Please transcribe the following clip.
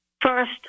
First